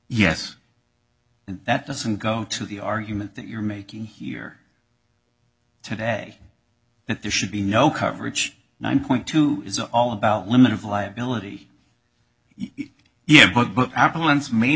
yes that doesn't go to the argument that you're making here today that there should be no coverage nine point two is all about limited liability yeah but but